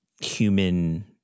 human